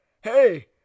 Hey